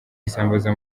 isambaza